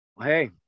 Hey